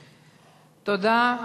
תודה.